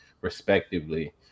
respectively